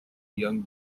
young